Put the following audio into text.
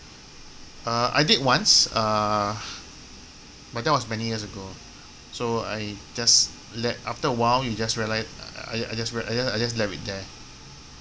uh I did once uh but that was many years ago so I just le~ after a while you just reali~ I I just real~ I just I just left it there